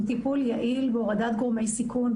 הוא טיפול יעיל בהורדת גורמי סיכון,